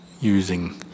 using